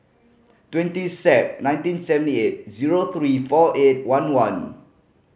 twenty Sep nineteen seventy eight zero three four eight one one